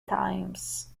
times